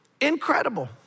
Incredible